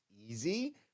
easy